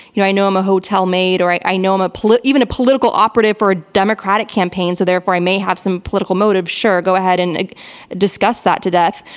you know i know i'm a hotel maid, or i i know i'm a. even a political operative for a democratic campaign, so, therefore, i may have some political motive. sure, go ahead and discuss that to death,